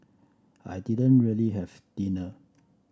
I didn't really have dinner